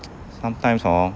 sometimes hor